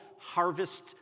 Harvest